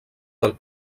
del